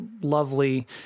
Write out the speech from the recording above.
lovely